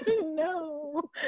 no